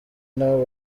n’abo